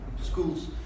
schools